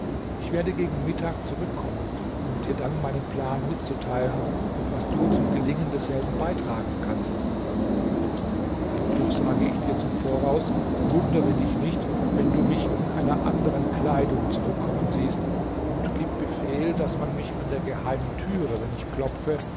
ich werde gegen mittag zurückkommen um dir dann meinen plan mitzuteilen und was du zum gelingen desselben beizutragen hast doch sage ich dir zum voraus wundere dich nicht wenn du mich in einer anderen kleidung zurückkommen siehst und gib befehl daß man mich an der geheimen türe wenn ich klopfe